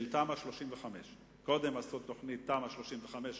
של תמ"א 35". קודם עשו תוכנית ארצית, תמ"א 35,